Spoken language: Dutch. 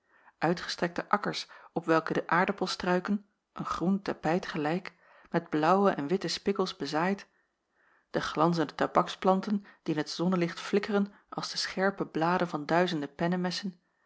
uitgestrekte akkers op welke de aardappelstruiken een groen tapijt gelijk met blaauwe en witte spikkels bezaaid de glanzende tabaksplanten die in t zonnelicht flikkeren als de scherpe bladen van duizenden